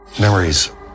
Memories